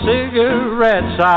Cigarettes